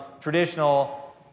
traditional